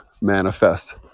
manifest